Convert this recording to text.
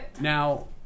Now